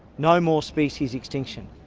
no more species extinction.